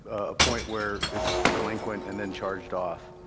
a point where it's delinquent and then charged off,